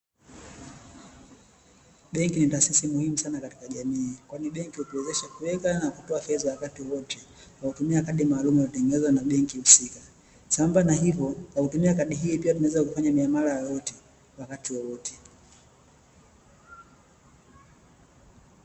Benki ni taasisi muhimu katika jamii, Kwani benki hutuwezesha kuweka na kutoa fedha wakati wowote kwa kutumia kadi maalumu iiliyo tengenezwa na benki husika, Sambamba na hivyo kwakutumia kadi hii tunaweza kufanya miamala yoyote wakati wowote.